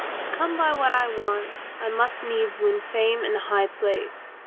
to come by what i want i must needs win fame and high place.